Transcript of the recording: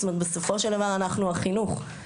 בסופו של דבר אנחנו החינוך.